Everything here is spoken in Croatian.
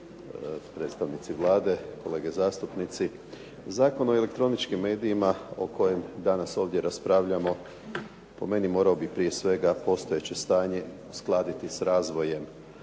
predstavnici Vlade, kolege zastupnici. Zakon o elektroničkim medijima o kojem danas ovdje raspravljamo po meni morao bi prije svega postojeće stanje uskladiti s razvojem